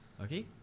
Okay